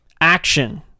action